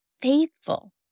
faithful